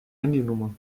handynummer